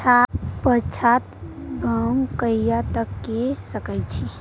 पछात बौग कहिया तक के सकै छी?